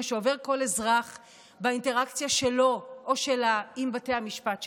מה שעובר כל אזרח באינטראקציה שלו או שלה עם בתי המשפט שלנו,